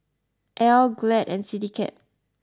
Elle Glad and Citycab